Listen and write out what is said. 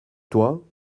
toi